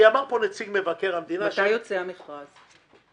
מתי יוצא המכרז?